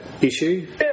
issue